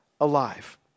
alive